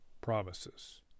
promises